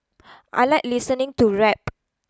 I like listening to rap